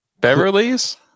Beverly's